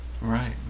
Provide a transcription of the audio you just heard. Right